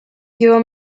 hero